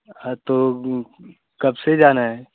हाँ तो कब से जाना है